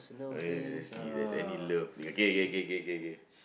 uh let's see if there's any love K K K K K